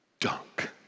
dunk